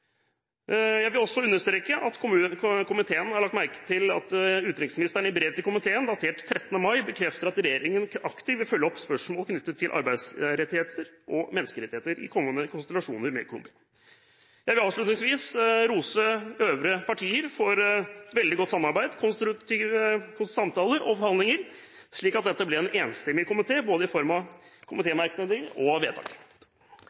Jeg vil også understreke at komiteen har lagt merke til at utenriksministeren i brev til komiteen datert 13. mai bekrefter at regjeringen aktivt vil følge opp spørsmål knyttet til arbeidstakerrettigheter og menneskerettigheter i kommende konsultasjoner med Colombia. Jeg vil avslutningsvis rose øvrige partier for et veldig godt samarbeid, konstruktive samtaler og forhandlinger, slik at dette ble en enstemmig komitéinnstilling, i form av både merknader og vedtak.